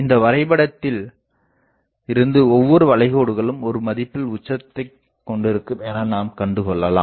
இந்த வரைபடத்தில் இருந்து ஒவ்வொரு வளைகோடுகளும் ஒரு மதிப்பில் உச்சத்தைக் கொண்டிருக்கும் என நாம் கண்டு கொள்ளலாம்